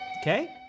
okay